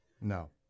No